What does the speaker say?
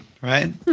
right